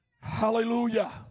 Hallelujah